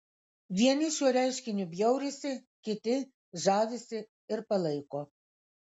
vieni šiuo reiškiniu bjaurisi kiti žavisi ir palaiko